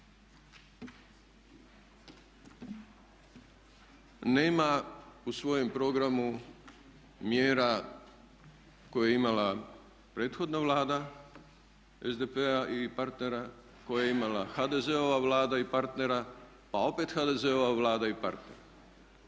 nema u svojem programu mjera koje je imala prethodna Vlada SDP-a i partnera, koje je imala HDZ-ova Vlada i partneri pa opet HDZ-ova Vlada i partneri.